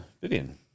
Vivian